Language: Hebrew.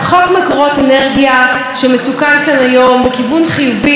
בכיוון של התייעלות אנרגטית ולהכניס לכאן מכשירים יעילים אנרגטיים,